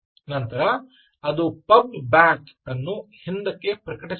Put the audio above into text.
ನಂತರ ಅದು pub back ಅನ್ನು ಹಿಂದಕ್ಕೆ ಪ್ರಕಟಿಸುತ್ತದೆ